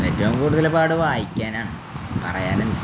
ഏറ്റവും കൂടുതല് പാട് വായിക്കാനാണ് പറയാനല്ല